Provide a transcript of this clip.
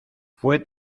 fue